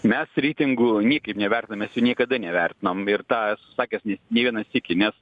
mes reitingų niekaip nevertinam mes niekada nevertinom ir tą esu sakęs ne vieną sykį nes